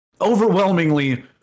overwhelmingly